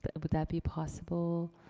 but would that be possible?